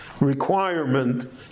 requirement